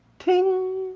ting!